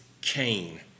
Cain